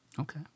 Okay